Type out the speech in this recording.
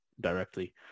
directly